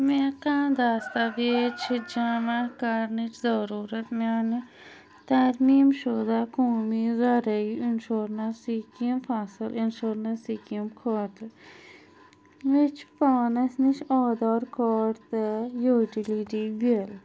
مےٚ کم دستاویز چھِ جمع کَرنٕچ ضروٗرَت میانہِ ترمیٖم شدہ قومی ذرایی اِنشورنس سکیٖم فصل انشورنس سکیٖم خٲطرٕ مےٚ چھِ پانس نِش آدھار کارڈ تہٕ یوٹِلِٹی بِل